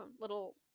little